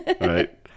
right